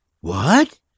What